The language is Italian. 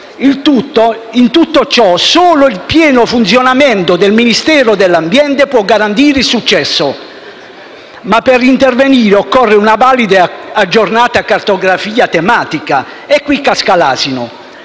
In tutto ciò, solo il pieno funzionamento del Ministero dell'ambiente può garantire il successo. Ma per intervenire occorre una valida e aggiornata cartografia tematica (e qui casca l'asino).